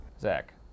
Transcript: Zach